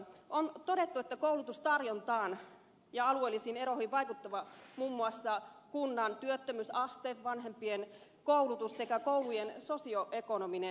on todettu että koulutustarjontaan ja alueellisiin eroihin vaikuttavat muun muassa kunnan työttömyysaste vanhempien koulutus sekä koulujen sosioekonominen toimintaympäristö